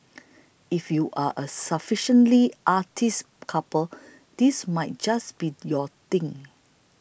if you are a sufficiently artsy couple this might just be your thing